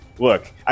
Look